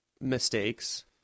mistakes